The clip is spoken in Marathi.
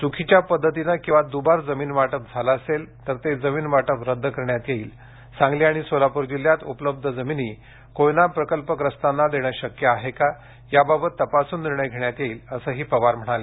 च्कीच्या पद्धतीने किंवा दुबार जमीन वाटप झाले असेल तर जमीन वाटप रद्द करण्यात येईल सांगली आणि सोलापूर जिल्ह्यात उपलब्ध जमिनी कोयना प्रकल्पग्रस्तांना देणे शक्य आहे का याबाबत तपासून निर्णय घेण्यात येईल असं पवार यांनी सांगितलं